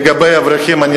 לגבי האברכים,